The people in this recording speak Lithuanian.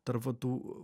tarp va tų